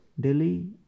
Delhi